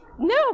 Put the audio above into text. No